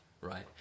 right